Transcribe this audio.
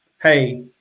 hey